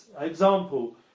example